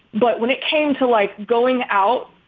but when it came to light going out,